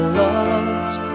love's